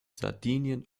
sardinien